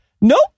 Nope